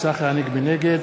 נגד